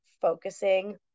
focusing